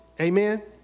Amen